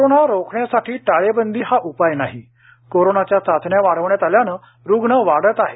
corona रोखण्यासाठी टाळेबंदी हा उपाय नाही कोरोनाच्या चाचण्या वाढवण्यात आल्याने रुग्ण वाढत आहेत